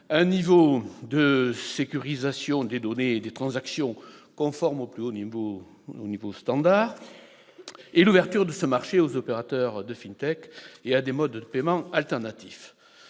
un niveau de sécurisation des données et des transactions conformes au plus haut standard, et l'ouverture de ce marché aux opérateurs de et à des modes de paiement alternatif.